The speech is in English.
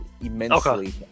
immensely